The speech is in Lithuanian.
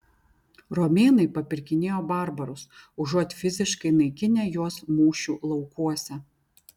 romėnai papirkinėjo barbarus užuot fiziškai naikinę juos mūšių laukuose